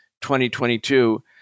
2022